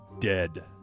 dead